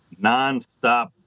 nonstop